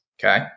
Okay